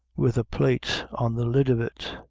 with a plate on the lid of it,